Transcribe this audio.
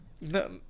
no